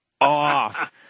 off